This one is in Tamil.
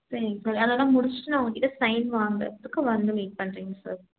சரிங் சார் அதெல்லாம் முடிச்சுட்டு நான் உங்கள் கிட்டே சைன் வாங்கிறதுக்கு வந்து வெயிட் பண்ணுறேங் சார்